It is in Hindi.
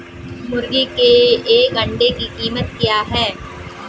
मुर्गी के एक अंडे की कीमत क्या है?